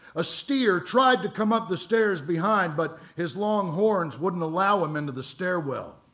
a steer tried to come up the stairs behind, but his long horns wouldn't allow him into the stairwell.